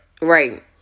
Right